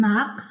Max